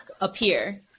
appear